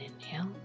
inhale